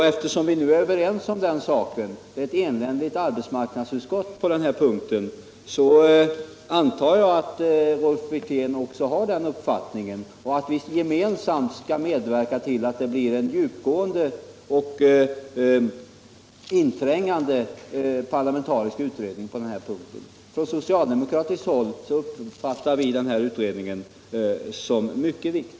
Eftersom vi är överens om den saken — arbetsmarknadsutskottet är enigt på den punkten — antar jag att också Rolf Wirtén har den uppfattningen och att vi gemensamt skall medverka till att det blir en djupgående och inträngande parlamentarisk utredning. Från socialdemokratiskt håll uppfattar vi utredningen som mycket viktig.